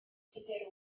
tudur